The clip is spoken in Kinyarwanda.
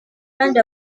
kandi